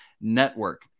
Network